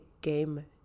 game